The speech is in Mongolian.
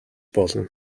болно